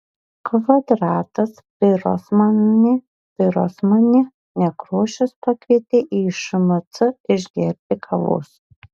kvadratas pirosmani pirosmani nekrošius pakvietė į šmc išgerti kavos